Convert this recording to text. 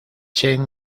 chen